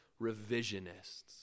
revisionists